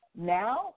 now